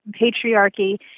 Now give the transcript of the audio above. patriarchy